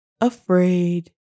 afraid